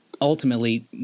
ultimately